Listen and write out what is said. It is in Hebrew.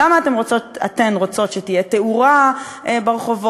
למה אתן רוצות שתהיה תאורה ברחובות?